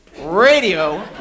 radio